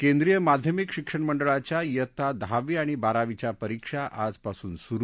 केंद्रीय माध्यमिक शिक्षण मंडळाच्या शित्ता दहावी आणि बारावीच्या परीक्षा आजपासून सुरु